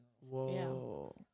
Whoa